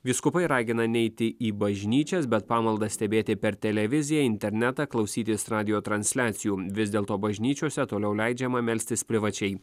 vyskupai ragina neiti į bažnyčias bet pamaldas stebėti per televiziją internetą klausytis radijo transliacijų vis dėlto bažnyčiose toliau leidžiama melstis privačiai